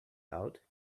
out